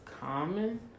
common